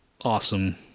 awesome